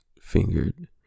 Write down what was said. fingered